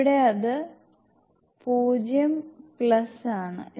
ഇവിടെ അത് 0 ആണ്